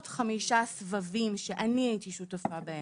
חמישה סבבים שאני הייתי שותפה בהם,